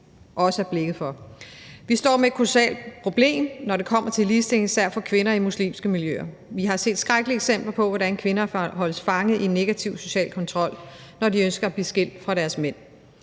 også have blik for. Vi står med et kolossalt problem, når det kommer til ligestilling, især for kvinder i muslimske miljøer. Vi har set skrækkelige eksempler på, hvordan kvinder holdes fanget i negativ social kontrol, når de ønsker at blive skilt fra deres mænd.